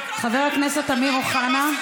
חבר הכנסת זוהיר בהלול, אינו נוכח.